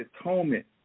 atonement